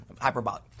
hyperbolic